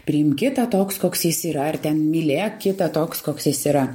priimk kitą toks koks jis yra ar ten mylėk kitą toks koks jis yra